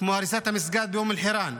כמו הריסת המסגד באום אל-חיראן.